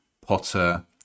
Potter